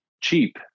cheap